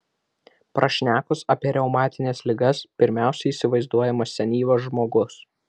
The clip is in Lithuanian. prašnekus apie reumatines ligas pirmiausia įsivaizduojamas senyvas žmogus